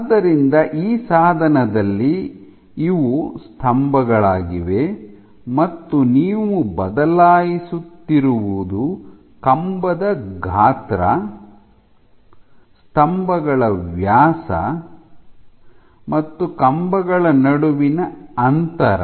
ಆದ್ದರಿಂದ ಈ ಸಾಧನದಲ್ಲಿ ಇವು ಸ್ತಂಭಗಳಾಗಿವೆ ಮತ್ತು ನೀವು ಬದಲಾಯಿಸುತ್ತಿರುವುದು ಕಂಬದ ಗಾತ್ರ ಸ್ತಂಭಗಳ ವ್ಯಾಸ ಮತ್ತು ಕಂಬಗಳ ನಡುವಿನ ಅಂತರ